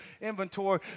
inventory